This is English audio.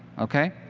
okay?